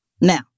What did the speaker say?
Now